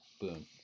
boom